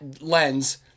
lens